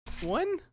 One